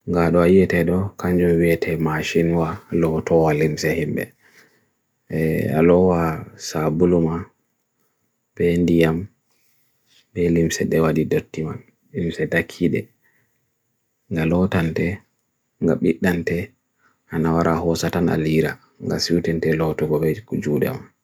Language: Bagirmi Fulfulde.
Ko jowii hite wawde washing machine so bartan mo to waawdi?